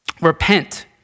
repent